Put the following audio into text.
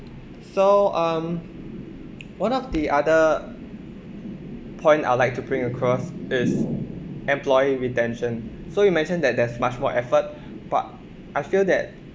so um one of the other point I would like to bring across is employee retention so you mentioned that there's much more effort but I feel that